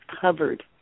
covered